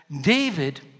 David